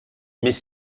mais